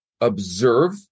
observe